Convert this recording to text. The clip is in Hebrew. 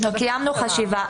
קיימנו חשיבה.